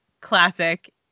classic